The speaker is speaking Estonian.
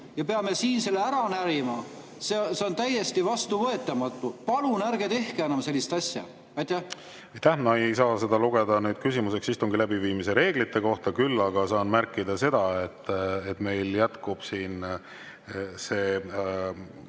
me peame siin selle ära närima, on täiesti vastuvõetamatu. Palun ärge tehke enam sellist asja! Ma ei saa seda lugeda küsimuseks istungi läbiviimise reeglite kohta, küll aga saan märkida seda, et meil jätkub siin see